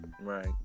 right